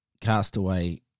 Castaway